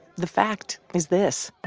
the fact is this